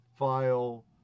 file